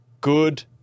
good